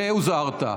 ראה הוזהרת,